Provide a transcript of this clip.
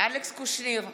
אלכס קושניר,